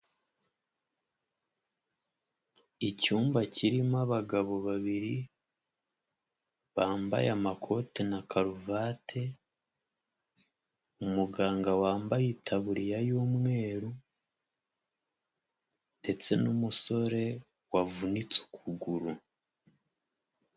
Icyumba kirimo abagabo babiri, bambaye amakote na karuvati, umuganga wambaye itabuririya y'umweru ndetse n'umusore wavunitse ukuguru.